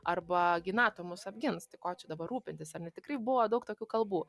arba gi nato mus apgins tai ko čia dabar rūpintis ar ne tikrai buvo daug tokių kalbų